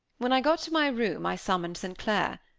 when i got to my room i summoned st. clair.